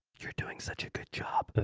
you're doing such a good job. ah,